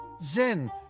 Zen